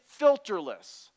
filterless